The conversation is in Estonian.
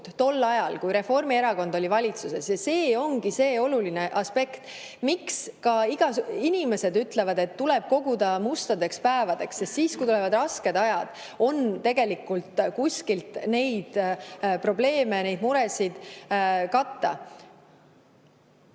tol ajal, kui Reformierakond oli valitsuses. See ongi see oluline aspekt. Ka inimesed ütlevad, et tuleb koguda mustadeks päevadeks, sest siis, kui tulevad rasked ajad, on millegagi neid probleeme, muresid katta.